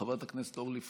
חברת הכנסת אורלי פרומן,